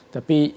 Tapi